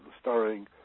starring